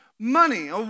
Money